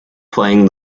playing